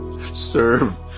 serve